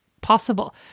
possible